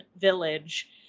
village